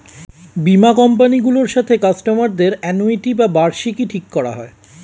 বীমা কোম্পানি গুলোর সাথে কাস্টমার দের অ্যানুইটি বা বার্ষিকী ঠিক করা হয়